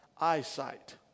eyesight